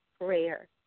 prayer